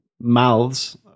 mouths